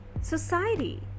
Society